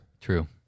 True